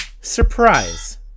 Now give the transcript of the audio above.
Surprise